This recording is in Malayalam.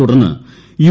തുടർന്ന് യു